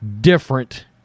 different